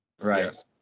right